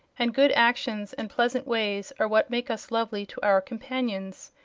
and good actions and pleasant ways are what make us lovely to our companions.